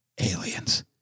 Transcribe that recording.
Aliens